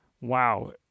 wow